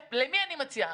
למי אני מציעה?